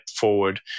forward